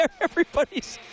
everybody's